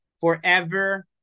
forever